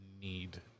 need